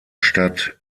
stadt